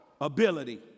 ability